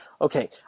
okay